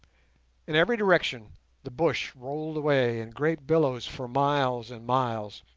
in every direction the bush rolled away in great billows for miles and miles,